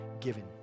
given